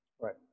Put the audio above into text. Right